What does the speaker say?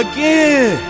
Again